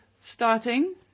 starting